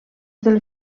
del